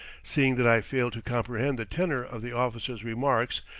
seeing that i fail to comprehend the tenor of the officer's remarks,